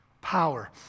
power